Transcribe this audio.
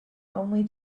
only